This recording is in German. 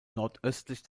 nordöstlich